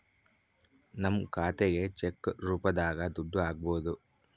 ನಮ್ ಖಾತೆಗೆ ಚೆಕ್ ರೂಪದಾಗ ದುಡ್ಡು ಹಕ್ಬೋದು